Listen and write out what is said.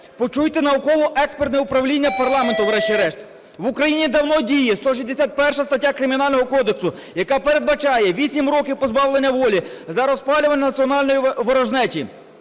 почуйте науково-експертне управління парламенту врешті-решт. В Україні давно діє 161 стаття Кримінального кодексу, яка передбачає 8 років позбавлення волі за розпалювання національної ворожнечі,